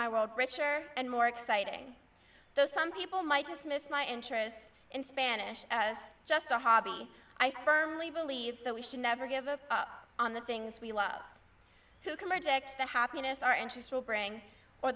my world richer and more exciting though some people might dismiss my interest in spanish as just a hobby i firmly believe that we should never give up on the things we love who can reject the happiness our interest will bring or